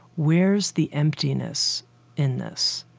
where's the emptiness in this?